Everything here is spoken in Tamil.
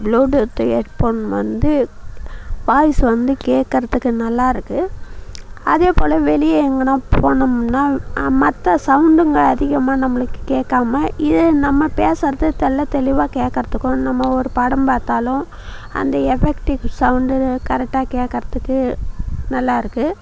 ப்ளூடூத் ஹெட் ஃபோன் வந்து வாய்ஸ் வந்து கேட்கறதுக்கு நல்லா இருக்கு அதே போல் வெளியே எங்கேன்னா போனோம்னால் மற்ற சவுண்டுங்க அதிகமாக நம்மளுக்கு கேக்காமல் இது நம்ம பேசுறதை தெள்ளத் தெளிவாக கேட்கறதுக்கும் நம்ம ஒரு படம் பார்த்தாலும் அந்த எஃபெக்ட்டிவ் சவுண்ட் கரெக்ட்டாக கேட்கறதுக்கு நல்லா இருக்கு